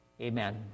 Amen